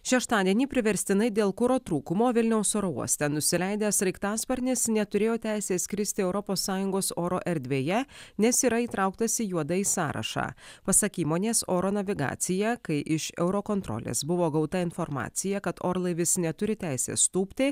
šeštadienį priverstinai dėl kuro trūkumo vilniaus oro uoste nusileidęs sraigtasparnis neturėjo teisės skristi europos sąjungos oro erdvėje nes yra įtrauktas į juodąjį sąrašą pasak įmonės oro navigacija kai iš euro kontrolės buvo gauta informacija kad orlaivis neturi teisės tūpti